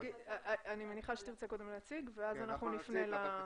אני מניחה שתרצה קודם להציג ואז אנחנו נפנה ל --- כן,